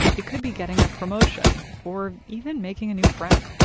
it could be getting a promotion or even making a new friend.